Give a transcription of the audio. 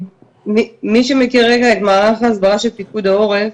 מי שמכיר את מערך ההסברה של פיקוד העורף